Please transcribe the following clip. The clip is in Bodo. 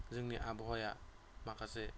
जोंनि आबहावाया माखासे